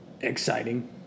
Exciting